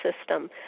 system